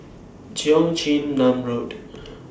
Cheong Chin Nam Road